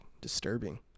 Disturbing